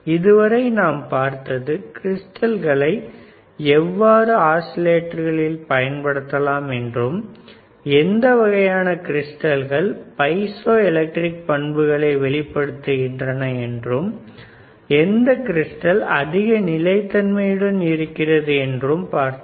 இதுவரை நாம் பார்த்தது கிரிஸ்டல்களை எவ்வாறு ஆஸிலேட்டர்களில் பயன்படுத்தலாம் என்றும் எந்த வகையான கிரிஸ்டல்கள் பைஸோ எலக்ட்ரிக் பண்புகளை வெளிப்படுகின்றன என்றும் எந்த கிறிஸ்டல் அதிக நிலைத்தன்மையுடன் இருக்கிறது என்றும் பார்த்தோம்